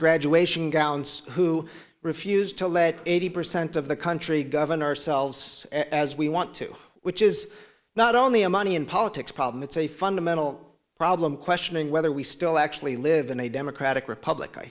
graduation gowns who refuse to let eighty percent of the country govern ourselves as we want to which is not only a money and politics problem it's a fundamental problem questioning whether we still actually live in a democratic republic i